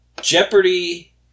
Jeopardy